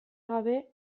gabe